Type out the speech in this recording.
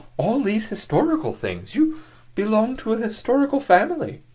all these historical things. you belong to a historical family.